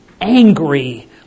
angry